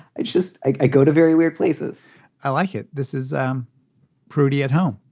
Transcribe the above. i just i go to very weird places i like it. this is um prudy at home.